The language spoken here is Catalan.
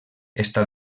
està